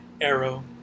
Arrow